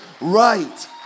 right